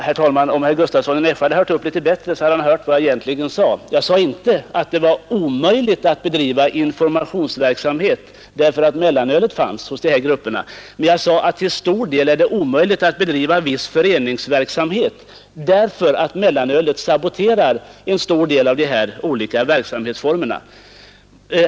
Herr talman! Om herr Gustavsson i Nässjö hört upp litet bättre, så hade han hört vad jag egentligen sade. Jag sade inte att det var omöjligt att bedriva informationsverksamhet, därför att mellanölet fanns hos de här grupperna, men jag sade att till stor del är det omöjligt att bedriva viss föreningsverksamhet, därför att mellanölet saboterar många av de olika verksamhetsformerna.